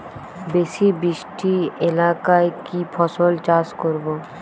বেশি বৃষ্টি এলাকায় কি ফসল চাষ করব?